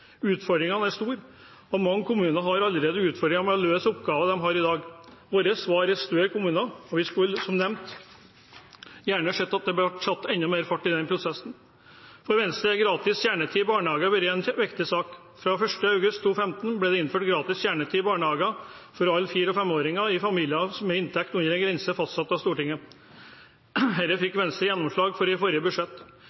Utfordringene er store, og mange kommuner har allerede utfordringer med å løse oppgaver de har i dag. Vårt svar er større kommuner, og vi skulle som nevnt gjerne sett at det ble satt enda mer fart i den prosessen. For Venstre har gratis kjernetid i barnehage vært en viktig sak. Fra 1. august 2015 ble det innført gratis kjernetid i barnehager for alle fire- og femåringer i familier som har inntekt under en grense fastsatt av Stortinget. Dette fikk Venstre gjennomslag for i forrige budsjett.